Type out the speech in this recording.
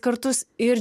kartus ir